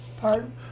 Pardon